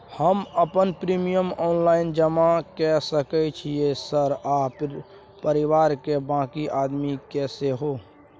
हम अपन premium online जमा के सके छियै सर आ परिवार के बाँकी आदमी के सेहो?